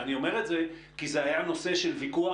ואני אומר את זה כי זה היה נושא של ויכוח,